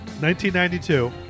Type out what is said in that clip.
1992